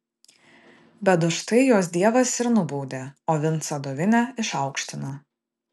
bet už tai juos dievas ir nubaudė o vincą dovinę išaukštino